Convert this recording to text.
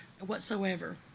whatsoever